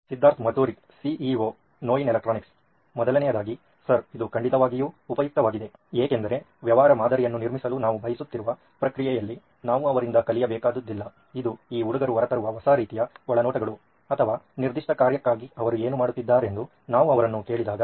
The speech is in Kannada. Siddharth Maturi CEO Knoin electronics Maturi CEO Knoin Electronics ಮೊದಲನೆಯದಾಗಿ ಸರ್ ಇದು ಖಂಡಿತವಾಗಿಯೂ ಉಪಯುಕ್ತವಾಗಿದೆ ಏಕೆಂದರೆ ವ್ಯವಹಾರ ಮಾದರಿಯನ್ನು ನಿರ್ಮಿಸಲು ನಾವು ಬಯಸುತ್ತಿರುವ ಪ್ರಕ್ರಿಯೆಯಲ್ಲಿ ನಾವು ಅವರಿಂದ ಕಲಿಯಬೇಕಾದುದಿಲ್ಲ ಇದು ಈ ಹುಡುಗರು ಹೊರತರುವ ಹೊಸ ರೀತಿಯ ಒಳನೋಟಗಳು ಅಥವಾ ನಿರ್ದಿಷ್ಟ ಕಾರ್ಯಕ್ಕಾಗಿ ಅವರು ಏನು ಮಾಡುತ್ತಿದ್ದಾರೆಂದು ನಾವು ಅವರನ್ನು ಕೇಳಿದಾಗ